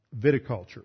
viticulture